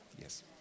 Yes